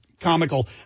comical